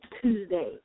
Tuesday